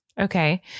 Okay